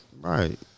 Right